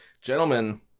Gentlemen